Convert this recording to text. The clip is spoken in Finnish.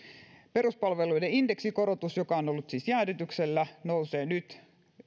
peruspalveluiden indeksikorotus joka on ollut siis jäädytyksellä nousee nyt